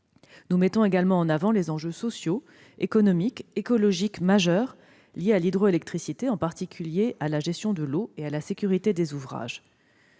Nous mettons également en avant les enjeux sociaux, économiques et écologiques majeurs liés à l'hydroélectricité, en particulier à la gestion de l'eau et à la sécurité des ouvrages.